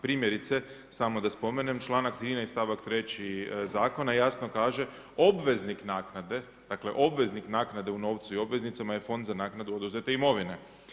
Primjerice samo da spomenem, članak 13. stavak 3. zakona jasno kaže, obveznik naknade dakle obveznik naknade u novcu i obveznicama je Fond za naknadu oduzete imovine.